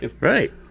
Right